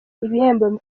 ibihembo